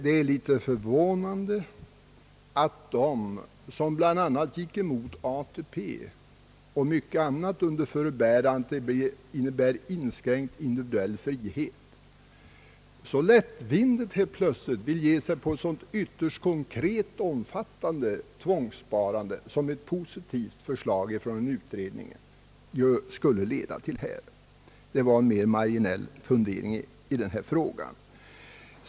Det är emellertid förvånande att de som bl.a. gick emot ATP och mycket annat under förebärande, att det skulle innebära inskränkning i individuell frihet, så lättvindigt och plötsligt vill ge sig in på ett ytterst konkret och omfattande tvångssparande som ett positivt förslag från utredningen skulle leda till i detta fall. Detta var en mera marginell fundering i frågan.